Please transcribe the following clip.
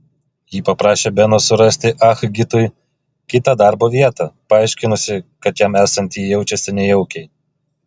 ji paprašė beno surasti ah gitui kitą darbo vietą paaiškinusi kad jam esant ji jaučiasi nejaukiai